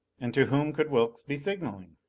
and to whom could wilks be signaling?